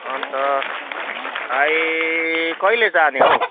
अन्त भाइ कहिले जाने हौ